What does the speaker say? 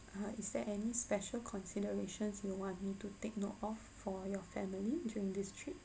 err is there any special considerations you want me to take note of for your family during this trip